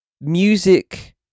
music